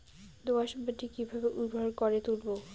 দোয়াস মাটি কিভাবে উর্বর করে তুলবো?